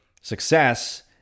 success